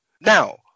Now